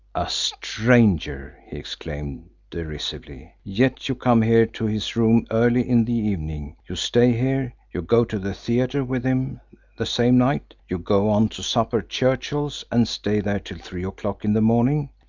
a stranger! he exclaimed derisively. yet you come here to his rooms early in the evening, you stay here, you go to the theatre with him the same night, you go on to supper at churchill's and stay there till three o'clock in the morning,